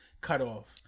cutoff